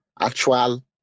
actual